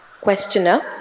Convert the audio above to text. Questioner